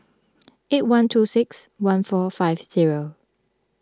eight one two six one four five zero